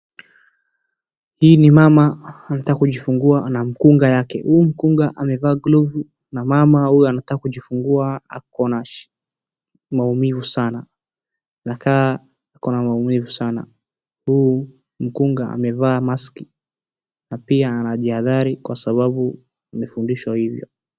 Hii ni mama anataka kujifungua na munga wake huyu mkunga ameva glovu na huyu mama anajifungua anakaa koa na mauchungu sana na huyu mkunga amevaa mask kwa sababu alifundishwa hivo.